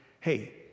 hey